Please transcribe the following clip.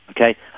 okay